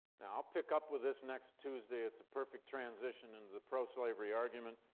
now i'll pick up with this next tuesday it's a perfect transition into the pro-slavery argument